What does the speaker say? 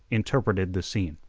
interpreted the scene.